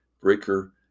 Breaker